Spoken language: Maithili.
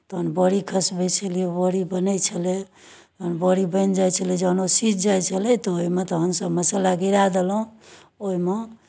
तहन बरी खसबै छलियै बरी बनै छलय बरी बनि जाइ छलय जखन ओ सीझि जाइ छलय तऽ ओहिमे तखनसँ मसाला गिरा देलहुँ ओहिमे